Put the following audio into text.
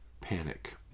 panic